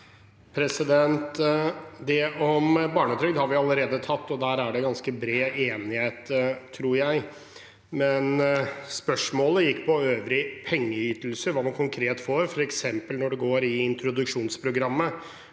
Det om barnetrygd har vi allerede tatt, og der er det ganske bred enighet, tror jeg. Men spørsmålet gikk på øvrig pengeytelse, hva man konkret får, f.eks. når man går inn i introduksjonsprogrammet.